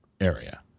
area